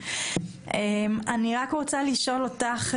אני רוצה לשאול אותך,